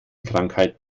krankheit